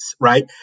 right